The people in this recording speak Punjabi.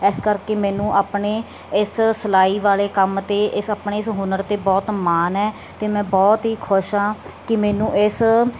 ਇਸ ਕਰਕੇ ਮੈਨੂੰ ਆਪਣੇ ਇਸ ਸਿਲਾਈ ਵਾਲੇ ਕੰਮ 'ਤੇ ਇਸ ਆਪਣੇ ਇਸ ਹੁਨਰ 'ਤੇ ਬਹੁਤ ਮਾਨ ਹੈ ਅਤੇ ਮੈਂ ਬਹੁਤ ਹੀ ਖੁਸ਼ ਹਾਂ ਕਿ ਮੈਨੂੰ ਇਸ